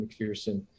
McPherson